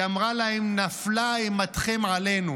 היא אמרה להם "נפלה אימתכם עלינו",